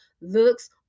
looks